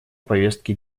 повестки